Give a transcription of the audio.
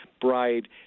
bride